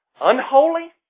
unholy